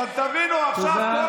אתם תבינו, עכשיו, תודה, תודה.